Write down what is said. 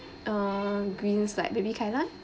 uh greens like maybe kailan